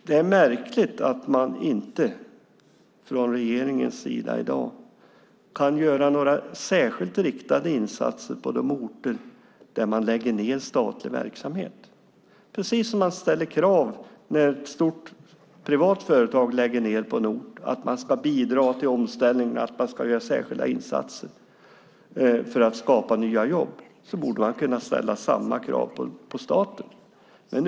Det är märkligt att man från regeringens sida inte kan göra några särskilt riktade insatser på de orter där statlig verksamhet läggs ned. När ett privat företag läggs ned på en ort finns krav på att man ska bidra till omställningen och göra särskilda insatser för att skapa nya jobb. Därför borde man kunna ställa samma krav på staten.